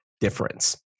difference